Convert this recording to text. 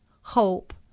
hope